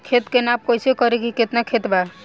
खेत के नाप कइसे करी की केतना खेत बा?